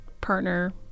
Partner